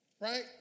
right